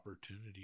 opportunity